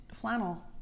flannel